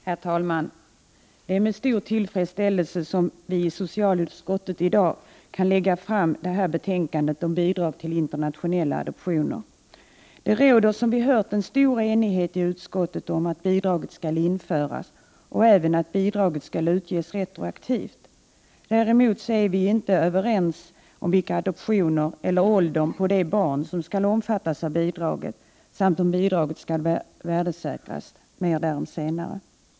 Herr talman! Det är med stor tillfredsställelse som socialutskottet i dag lägger fram sitt betänkande om bidrag till internationella adoptioner. Det råder som vi hört en stor enighet i utskottet om att bidraget skall införas, och även om att bidraget skall utges retroaktivt. Däremot är vi inte helt överens om vilka barn som skall omfattas av bidraget och åldern på dessa samt om bidraget skall värdesäkras nu, mer därom senare.